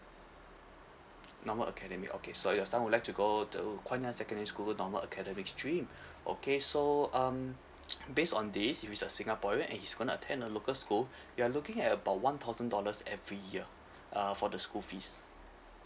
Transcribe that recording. normal academic okay so your son would like to go to guangyang secondary school normal academic stream okay so um based on this if he's a singaporean and he's gonna attend a local school you're looking at about one thousand dollars every year ah for the school fees